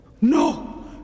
No